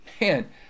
man